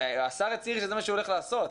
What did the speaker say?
השר הצהיר שזה מה שהוא הולך לעשות.